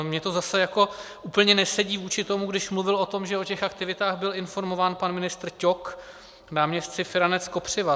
Mně to zase jako úplně nesedí vůči tomu, když mluvil o tom, že o těch aktivitách byl informován pan ministr Ťok, náměstci Feranec, Kopřiva.